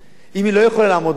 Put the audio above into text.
אם היא לא יכולה לעמוד בזה,